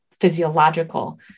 physiological